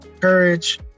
courage